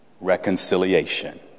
Reconciliation